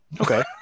Okay